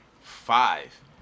five